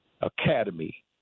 Academy